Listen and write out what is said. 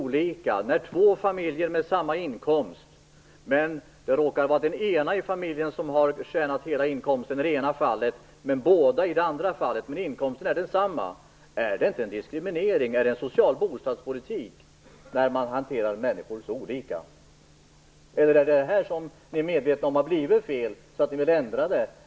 Är det inte diskriminering när två familjer med samma inkomst, där det i det ena fallet råkar vara den ena i familjen som har tjänat in hela inkomsten medan båda i det andra fallet har tjänat in inkomsten, hanteras olika? Är det en social bostadspolitik att hantera människor så olika? Är det detta som ni är medvetna om har blivit fel, så att ni vill ändra på det?